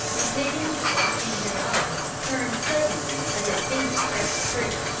and higgins, watching his eye, turned suddenly as his finger pressed the trigger,